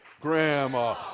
Grandma